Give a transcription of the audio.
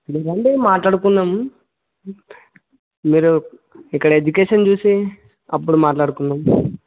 మీరు రండి మాట్లాడుకుందాము మీరు ఇక్కడ ఎడ్యుకేషన్ చూసి అప్పుడు మాట్లాడుకుందాం